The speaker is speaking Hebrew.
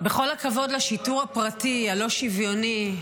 בכל הכבוד לשיטור הפרטי הלא-שוויוני,